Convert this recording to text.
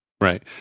Right